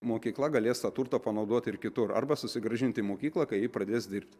mokykla galės tą turtą panaudoti ir kitur arba susigrąžinti į mokyklą kai ji pradės dirbti